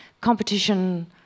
competition